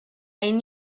and